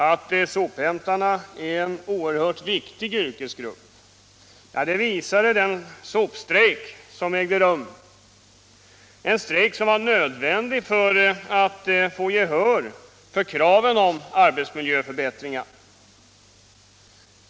Att sophämtarna är en oerhört viktig yrkesgrupp visades vid den sopstrejk som ägt rum, en strejk som var nödvändig för att de skulle få gehör för kraven på arbetsmiljöförbättringar.